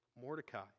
Mordecai